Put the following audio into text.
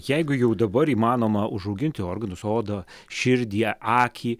jeigu jau dabar įmanoma užauginti organus odą širdį akį